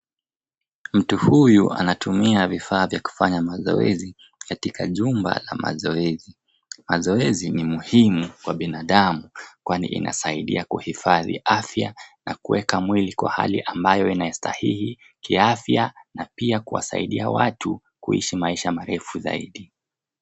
Mtu huyu anatumia vifaa vya kufanya mazoezi, katika jumba la mazoezi. Mazoezi ni muhimu kwa binadamu, kwani inasaidia kuhifadhi afya, na kuweka mwili kwa hali ambayo inastahili kiafya, na pia kuwasaidia watu kuishi maisha marefu zaidi.